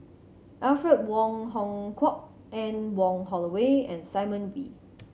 Alfred Wong Hong Kwok Anne Wong Holloway and Simon Wee